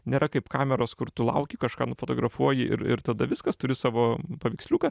nėra kaip kameros kur tu lauki kažką nufotografuoji ir ir tada viskas turi savo paveiksliuką